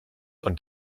und